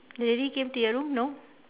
the lady came to your room no